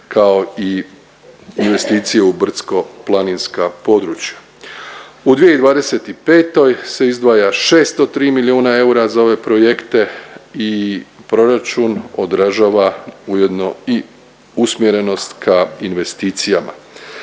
kao i investiciju u brdsko-planinska područja. U 2025. se izdvaja 603 milijuna eura za ove projekte i proračun odražava ujedno i usmjerenost ka investicijama.